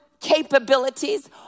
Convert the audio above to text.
capabilities